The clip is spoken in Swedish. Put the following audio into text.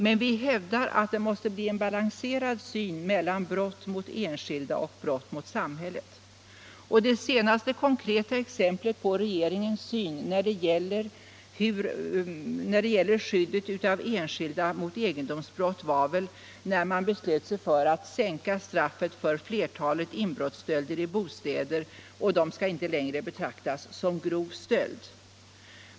Men vi hävdar att det måste bli balans i synen på brott mot enskilda och brott mot samhället. Det senaste konkreta exemplet på regeringens syn på skyddet för enskilda mot egendomsbrott fick vi när man beslöt sig för att sänka straffet för flertalet inbrottsstölder i bostäder; de skall inte längre betraktas som grov stöld.